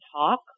talk